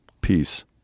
peace